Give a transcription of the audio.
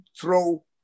throw